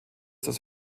des